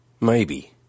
Maybe